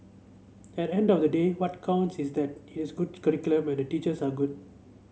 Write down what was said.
at the end of the day what counts is that it is a good curriculum and the teachers are good